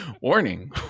warning